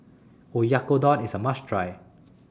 Oyakodon IS A must Try